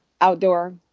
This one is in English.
outdoor